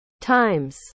times